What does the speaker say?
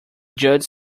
judge